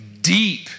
deep